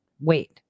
Wait